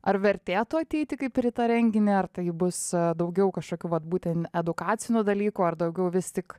ar vertėtų ateiti kaip ir į tą renginį ar tai bus daugiau kažkokių vat būtent edukacinių dalykų ar daugiau vis tik